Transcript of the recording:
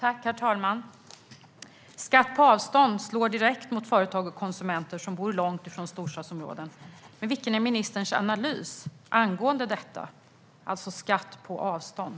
Herr talman! Skatt på avstånd slår direkt mot företag och konsumenter som bor långt från storstadsområden. Vilken analys gör ministern av detta, alltså skatt på avstånd?